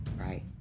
right